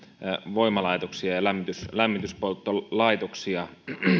voimalaitoksia ja lämmityspolttolaitoksia